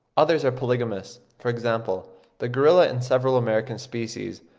others are polygamous, for example the gorilla and several american species,